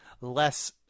less